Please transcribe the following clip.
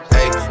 ayy